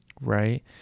right